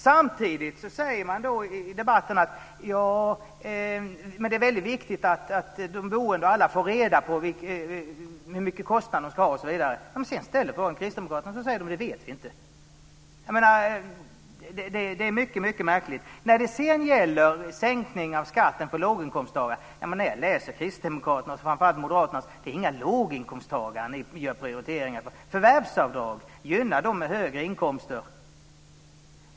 Samtidigt säger ni i debatten att det är viktigt att de boende vet hur stora kostnader de får. När jag sedan ställer frågan till kristdemokraterna får jag svaret att ni inte vet. Det är mycket märkligt. Sedan var det frågan om sänkning av skatten för låginkomsttagare. Men kristdemokraterna och moderaterna prioriterar inte några låginkomsttagare. Förvärvsavdrag gynnar dem med höga inkomster.